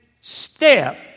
step